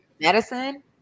medicine